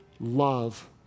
love